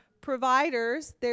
providers